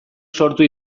sortu